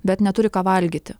bet neturi ką valgyti